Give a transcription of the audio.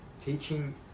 teaching